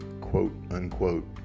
quote-unquote